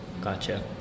Gotcha